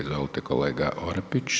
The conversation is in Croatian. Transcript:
Izvolite kolega Orepić.